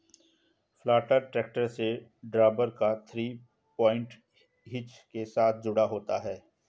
planter tractor से drawbar या three point hitch के साथ जुड़ा होता है